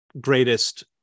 greatest